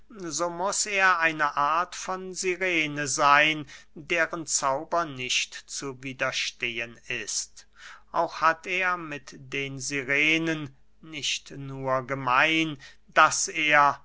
so muß er eine art von sirene seyn deren zauber nicht zu widerstehen ist auch hat er mit den sirenen nicht nur gemein daß er